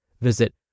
Visit